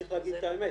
צריך להגיד את האמת,